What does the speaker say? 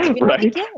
Right